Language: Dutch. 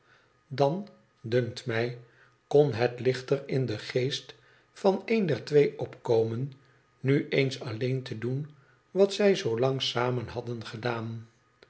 dan dunkt mij kon het lichter in den geest van een der twee opkomen nu eens alleen te doen wat zij zoo lang samen hadden gedaan